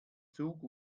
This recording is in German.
zug